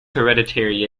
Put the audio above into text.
hereditary